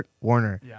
Warner